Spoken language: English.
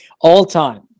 all-time